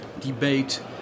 debate